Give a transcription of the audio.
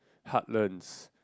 heartlands